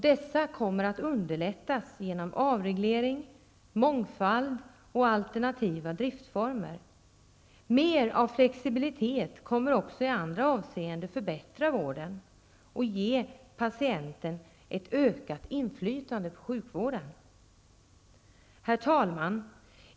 Dessa kommer att underlättas genom avreglering, mångfald och alternativa driftformer. Mer av flexibilitet kommer också i andra avseenden att förbättra vården och ge patienten ett ökat inflytande på sjukvården. Herr talman!